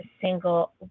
Single